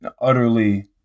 utterly